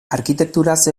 arkitekturaz